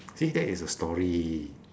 see that is a story